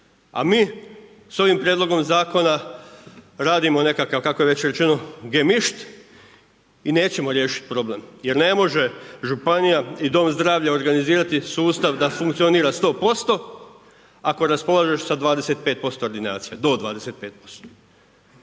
A mi s ovim prijedlogom zakonom radimo nekakav kakav je već rečeno gemišt, i nećemo riješiti problem, jer ne može županija i dom zdravlja organizirati sustav da funkcionira 100% ako raspolažeš do 25% ordinacija, do 25%.